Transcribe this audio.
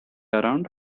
around